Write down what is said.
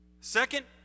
Second